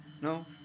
No